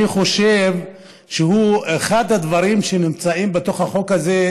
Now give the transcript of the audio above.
ואני חושב שאחד הדברים שבתוך החוק הזה,